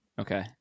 Okay